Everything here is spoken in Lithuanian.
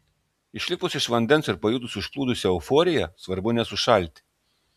išlipus iš vandens ir pajutus užplūdusią euforiją svarbu nesušalti